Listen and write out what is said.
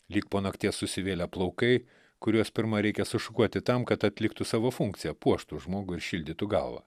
lyg po nakties susivėlę plaukai kuriuos pirma reikia sušukuoti tam kad atliktų savo funkciją puoštų žmogų ir šildytų galvą